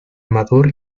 amador